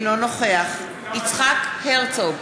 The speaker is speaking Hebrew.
אינו נוכח יצחק הרצוג,